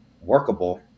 workable